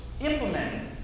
implementing